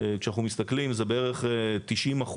כשאנחנו מסתכלים, בערך 90%,